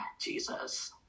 Jesus